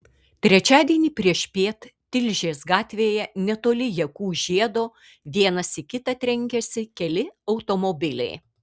trečiadienį priešpiet tilžės gatvėje netoli jakų žiedo vienas į kitą trenkėsi keli automobiliai